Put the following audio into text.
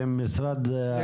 עם המשרד להגנת הסביבה?